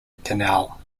canal